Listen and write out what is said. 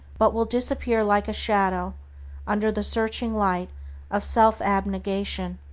but will disappear like a shadow under the searching light of self-abnegation.